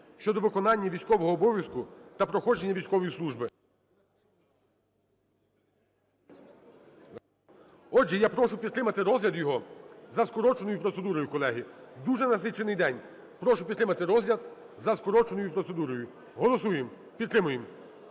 (щодо виконання військового обов'язку та проходження військової служби). Отже, я прошу підтримати розгляд його за скороченою процедурою, колеги. Дуже насичений день. Прошу підтримати розгляд за скороченою процедурою. Голосуємо. Підтримуємо